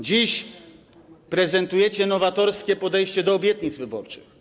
Dziś prezentujecie nowatorskie podejście do obietnic wyborczych.